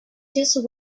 just